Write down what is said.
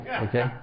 okay